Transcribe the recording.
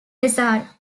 besar